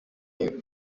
iyi